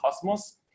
Cosmos